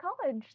college